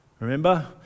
Remember